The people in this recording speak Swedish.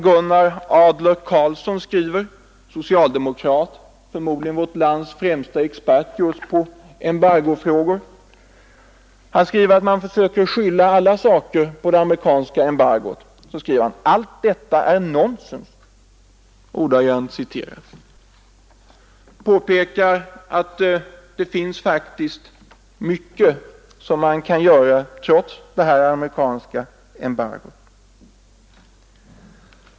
Gunnar Adler-Karlsson, socialdemokrat och förmodligen vårt lands främsta expert just på embargofrågor, skriver beträffande att man försöker skylla alla misslyckanden på det amerikanska embargot: ”Allt detta är nonsens.” Han påpekar att det finns mycket som man kan göra trots det amerikanska embargot.